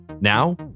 now